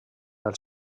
del